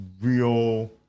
real